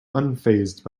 unfazed